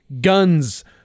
guns